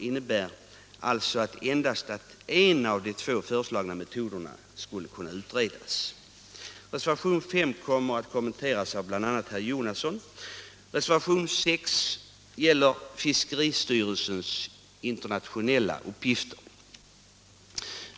innebär alltså att endast en av de två föreslagna metoderna skulle kunna utredas. Reservationen 6 gäller fiskeristyrelsens internationella uppgifter.